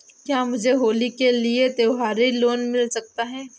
क्या मुझे होली के लिए त्यौहार लोंन मिल सकता है?